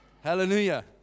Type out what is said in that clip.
Hallelujah